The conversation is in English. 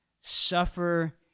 suffer